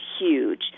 huge